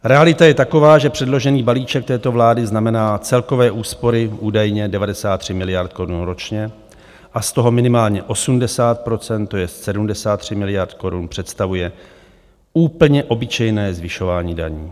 Realita je taková, že předložený balíček této vlády znamená celkové úspory údajně 93 miliard ročně a z toho minimálně 80 %, to jest 73 miliard korun představuje úplně obyčejné zvyšování daní.